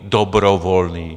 Dobrovolný!